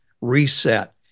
reset